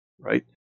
right